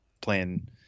playing